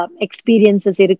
experiences